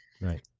Right